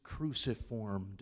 cruciformed